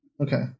Okay